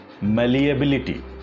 malleability